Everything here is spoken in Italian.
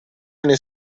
anni